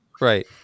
Right